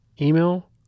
email